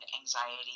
anxiety